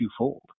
twofold